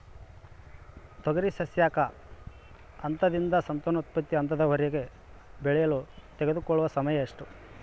ತೊಗರಿ ಸಸ್ಯಕ ಹಂತದಿಂದ ಸಂತಾನೋತ್ಪತ್ತಿ ಹಂತದವರೆಗೆ ಬೆಳೆಯಲು ತೆಗೆದುಕೊಳ್ಳುವ ಸಮಯ ಎಷ್ಟು?